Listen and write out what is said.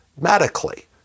medically